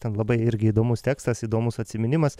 ten labai irgi įdomus tekstas įdomus atsiminimas